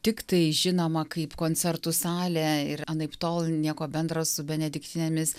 tiktai žinoma kaip koncertų salė ir anaiptol nieko bendro su benediktinėmis